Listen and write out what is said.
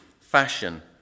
fashion